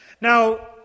Now